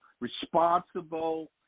responsible